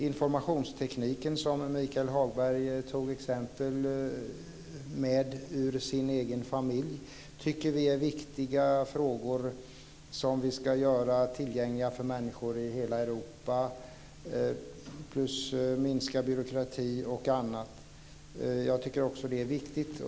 Informationstekniken, som Michael Hagberg tog exempel på från sin egen familj, tycker vi är viktig. Den ska vi göra tillgänglig för människor i hela Europa. Dessutom är en viktig fråga att minska byråkratin.